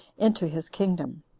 into his kingdom.